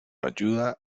ayuda